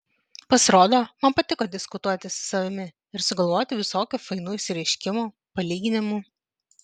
pasirodo man patiko diskutuoti su savimi ir sugalvoti visokių fainų išsireiškimų palyginimų